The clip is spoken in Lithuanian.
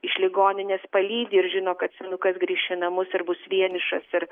iš ligoninės palydi ir žino kad senukas grįš į namus ir bus vienišas ir